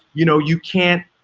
you know, you can't